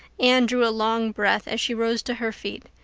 anne drew a long breath as she rose to her feet.